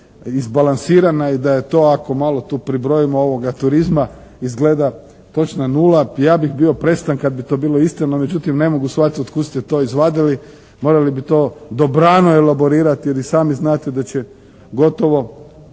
izbalansirana i da je to ako malo tu pribrojimo ovoga turizma izgleda točna nula. Ja bih bio presretan kada bi to bila istina. No, međutim ne mogu shvatiti od kuda ste to izvadili. Morali bi to dobrano elaborirati jer i sami znate da će gotovo